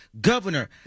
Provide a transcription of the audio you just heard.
governor